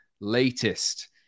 latest